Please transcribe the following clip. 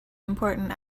important